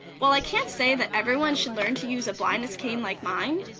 while i can't say that everyone should learn to use a blindness cane like mine,